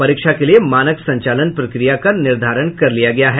परीक्षा के लिए मानक संचालन प्रक्रिया का निर्धारण कर लिया गया है